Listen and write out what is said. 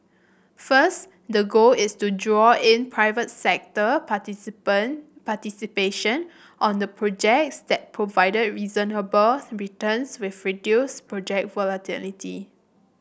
first the goal is to draw in private sector participant participation on the projects that provided reasonable returns with reduced project volatility